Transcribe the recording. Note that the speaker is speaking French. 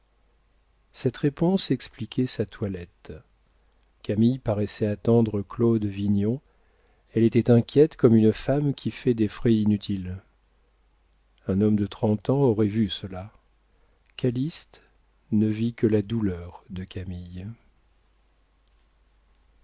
cette réponse expliquait sa toilette camille paraissait attendre claude vignon elle était inquiète comme une femme qui fait des frais inutiles un homme de trente ans aurait vu cela calyste ne vit que la douleur de camille